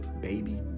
baby